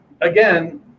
again